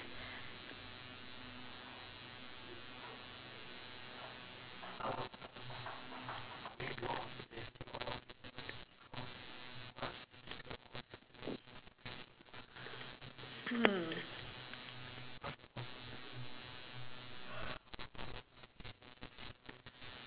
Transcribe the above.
hmm